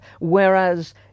Whereas